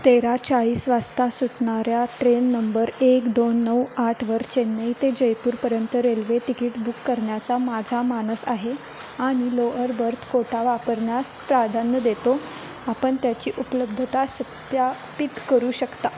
तेरा चाळीस वाजता सुटणाऱ्या ट्रेन नंबर एक दोन नऊ आठ वर चेन्नई ते जयपूरपर्यंत रेल्वे तिकीट बुक करण्याचा माझा मानस आहे आणि लोअर बर्थ कोटा वापरण्यास प्राधान्य देतो आपण त्याची उपलब्धता सत्यापित करू शकता